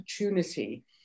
opportunity